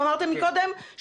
שאמרתם קודם,